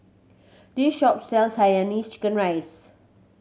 this shop sells Hainanese chicken rice